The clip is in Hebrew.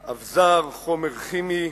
אביזר, חומר כימי,